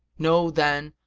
know, then,